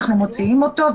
אנחנו מוציאים אותו,